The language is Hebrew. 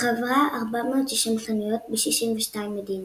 לחברה 460 חנויות ב-62 מדינות.